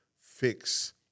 fix